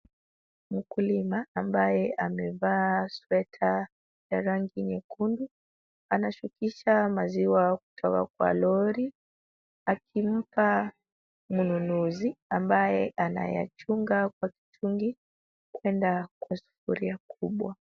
Mkulima ambaye amevaa sweta ya rangi nyekundu, anashukisha maziwa kutoka kwa lori akimpa mnunuzi ambaye anayachunga kwa kichungi, kwenda kwa sufuria kubwa.